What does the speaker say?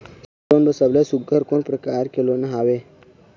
समूह लोन मा सबले सुघ्घर कोन प्रकार के लोन हवेए?